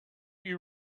you